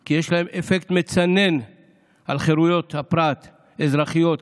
כי יש להן אפקט מצנן על חירויות הפרט האזרחיות,